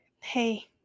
hey